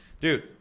dude